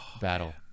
battle